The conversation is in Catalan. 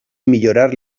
millorar